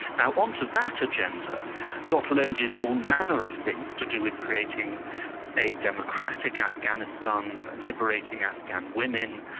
now on to that agenda got loaded all manner of things to do with creating a democratic afghanistan, liberating afghan women,